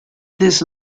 this